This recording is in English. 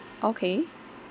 okay